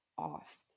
off